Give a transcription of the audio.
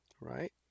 right